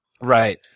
Right